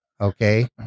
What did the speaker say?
Okay